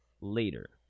later